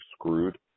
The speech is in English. screwed